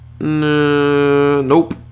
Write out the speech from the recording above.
nope